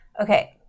Okay